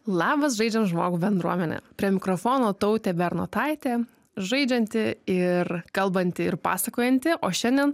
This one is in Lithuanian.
labas žaidžiam žmogų bendruomene prie mikrofono tautė bernotaitė žaidžianti ir kalbanti ir pasakojanti o šiandien